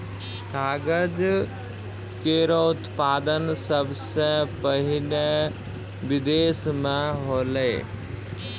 कागज केरो उत्पादन सबसें पहिने बिदेस म होलै